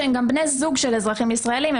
שהם גם בני זוג של אזרחים ישראלים.